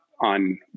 on